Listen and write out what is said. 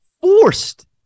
forced